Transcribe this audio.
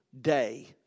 day